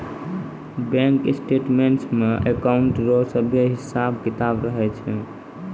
bank statements मे account रो सभे हिसाब किताब रहै छै